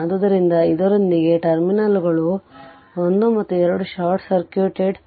ಆದ್ದರಿಂದ ಇದರೊಂದಿಗೆ ಟರ್ಮಿನಲ್ಗಳು 1 2 ಶಾರ್ಟ್ ಸರ್ಕ್ಯೂಟೆಡ್